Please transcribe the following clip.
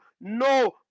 no